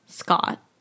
scott